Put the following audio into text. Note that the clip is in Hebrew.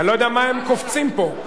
אני לא יודע מה הם קופצים פה.